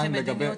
זה כמדיניות?